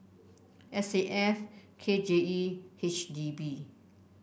S A F K J E H D B